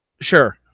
sure